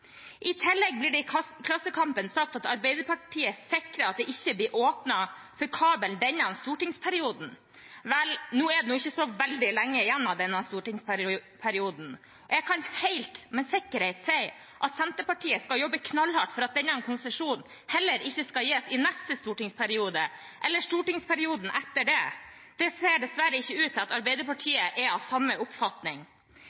I tillegg blir det i Klassekampen sagt at Arbeiderpartiet sikrer at det ikke blir åpnet for kabelen denne stortingsperioden. Vel, nå er det ikke så veldig lenge igjen av denne stortingsperioden. Jeg kan med sikkerhet si at Senterpartiet skal jobbe knallhardt for at denne konsesjonen heller ikke skal gis i neste stortingsperiode eller stortingsperioden etter det. Det ser dessverre ikke ut til at